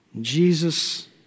Jesus